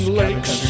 lakes